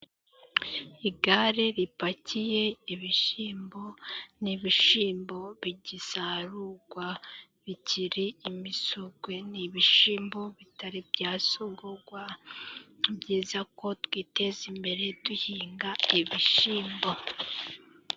Igare ripakiye ibishimbo, ni ibishimbo bigisarugwa bikiri imisogwe, ni ibishimbo bitari byasogogwa, ni byiza ko twiteza imbere duhinga ibishimbo.